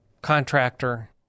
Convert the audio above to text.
contractor